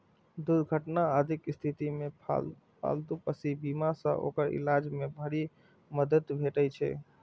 दुर्घटना आदिक स्थिति मे पालतू पशु बीमा सं ओकर इलाज मे भारी मदति भेटै छै